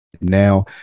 now